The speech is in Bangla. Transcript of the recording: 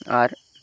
আর